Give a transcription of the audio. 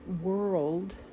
world